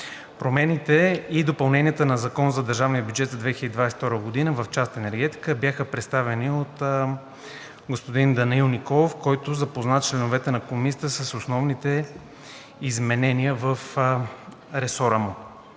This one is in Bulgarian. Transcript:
Промените и допълненията на Закона за държавния бюджет за 2022 г. в част „Енергетика“ бяха представени от господин Данаил Николов, който запозна членовете на Комисията с основните изменения в ресора му.